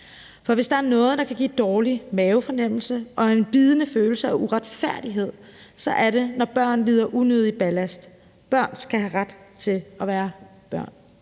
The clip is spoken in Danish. For hvis der er noget, der kan give dårlig mavefornemmelse og en bidende følelse af uretfærdighed, er det, når børn lider unødig overlast. Børn skal have ret til at være børn.